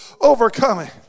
overcoming